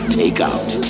takeout